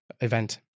event